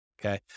Okay